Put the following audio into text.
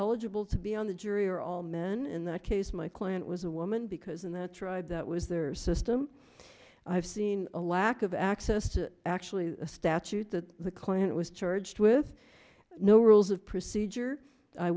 eligible to be on the jury are all men in that case my client was a woman because in the tribe that was their system i have seen a lack of access to actually a statute that the client was charged with no rules of procedure i